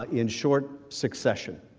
ah in short succession,